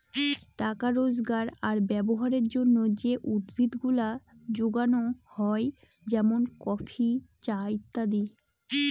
টাকা রোজগার আর ব্যবহারের জন্যে যে উদ্ভিদ গুলা যোগানো হয় যেমন কফি, চা ইত্যাদি